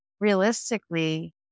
realistically